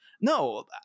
no